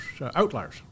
Outliers